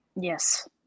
Yes